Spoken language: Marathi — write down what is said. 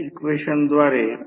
आणि सध्याचे I2 0